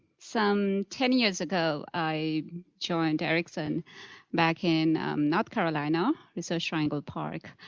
some ten years ago, i joined ericsson back in north carolina, research triangle park.